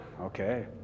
Okay